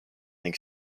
ning